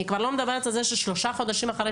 אני כבר לא מדברת על זה ששלושה חודשים אחרי